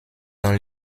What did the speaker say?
dans